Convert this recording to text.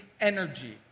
energy